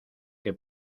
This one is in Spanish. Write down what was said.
que